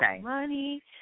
money